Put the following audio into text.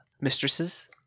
Mistresses